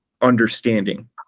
understanding